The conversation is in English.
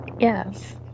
Yes